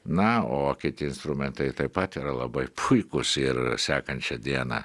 na o kiti instrumentai taip pat yra labai puikūs ir sekančią dieną